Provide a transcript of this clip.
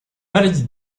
maladie